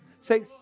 Say